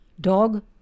dog